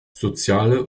soziale